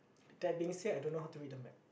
that being said I don't know how to read a map